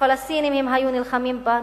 הפלסטינים היו נלחמים בנו,